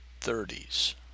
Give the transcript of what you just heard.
thirties